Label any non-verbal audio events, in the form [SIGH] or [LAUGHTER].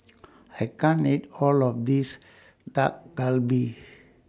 [NOISE] I can't eat All of This Dak Galbi